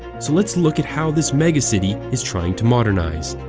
so let's look at how this megacity is trying to modernize.